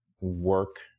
work